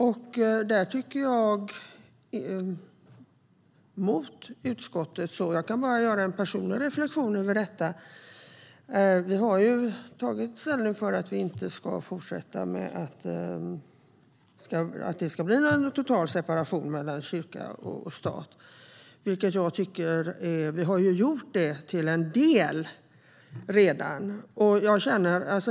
Jag vänder mig här mot utskottets förslag och vill göra en personlig reflektion över detta. Man har tagit ställning för att det inte ska ske en total separation mellan kyrka och stat. Men de har redan delvis separerat.